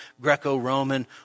Greco-Roman